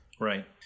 Right